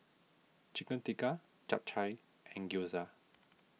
Chicken Tikka Japchae and Gyoza